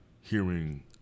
hearing